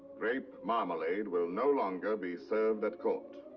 grape marmalade will no longer be served at court.